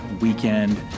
weekend